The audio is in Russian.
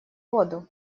воду